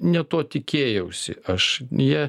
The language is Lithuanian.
ne to tikėjausi aš jie